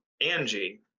Angie